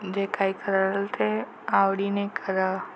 जे काही कराल ते आवडीने करा